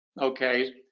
okay